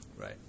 Right